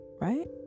right